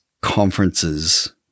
conferences